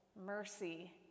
mercy